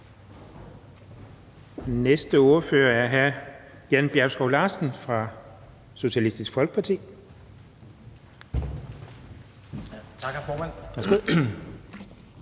Næste ordfører er hr. Jan Bjergskov Larsen fra Socialistisk Folkeparti. Værsgo.